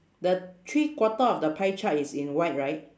the three quarter of the pie chart is in white right